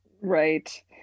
Right